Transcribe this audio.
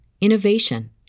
innovation